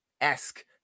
esque